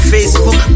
Facebook